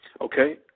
Okay